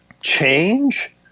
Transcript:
change